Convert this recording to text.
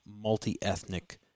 multi-ethnic